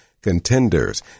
contenders